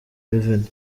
revenue